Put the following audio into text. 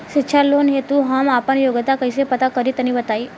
शिक्षा लोन हेतु हम आपन योग्यता कइसे पता करि तनि बताई?